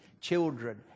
children